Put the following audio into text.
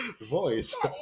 voice